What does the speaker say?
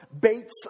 Bates